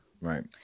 Right